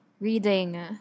reading